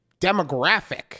demographic